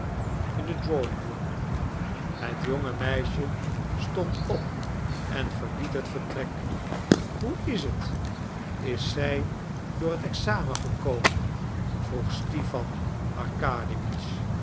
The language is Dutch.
in the drawing room het jonge meisje stond op en verliet het vertrek hoe is het is zij door het examen gekomen vroeg stipan